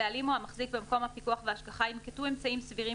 הבעלים או המחזיק במקום הפיקוח וההשגחה ינקטו אמצעים סבירים